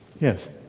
Yes